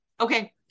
Okay